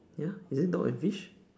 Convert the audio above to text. ya is it dog and fish